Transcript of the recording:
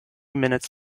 minutes